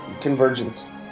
Convergence